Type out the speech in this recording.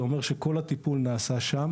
זה אומר שכל הטיפול נעשה שם.